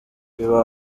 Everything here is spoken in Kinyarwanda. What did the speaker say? biba